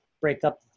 breakup